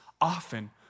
often